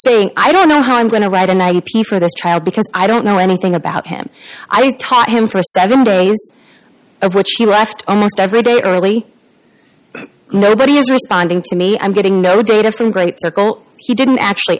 saying i don't know how i'm going to read and i pay for this child because i don't know anything about him i taught him for seven days of which he left almost every day early nobody is responding to me i'm getting no data from great circle he didn't actually